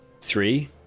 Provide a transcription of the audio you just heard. three